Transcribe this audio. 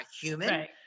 human